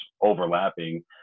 overlapping